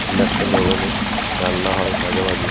induction ওভেনে রান্না হয় মাঝেমাঝে